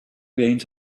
reins